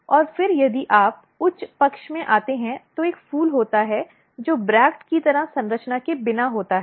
और फिर यदि आप उच्च पक्ष में आते हैं तो एक फूल होता है जो ब्रैक्ट की तरह संरचना के बिना होता है